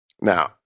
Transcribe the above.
Now